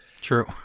True